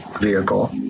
vehicle